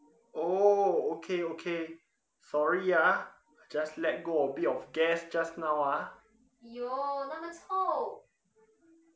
oh okay okay sorry ah just let go bit of gas just now ah